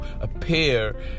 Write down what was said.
appear